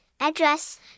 address